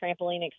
trampoline